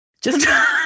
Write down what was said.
Just-